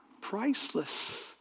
Priceless